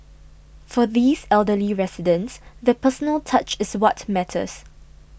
for these elderly residents the personal touch is what matters